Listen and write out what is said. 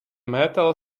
metal